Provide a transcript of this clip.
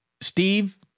Steve